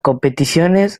competiciones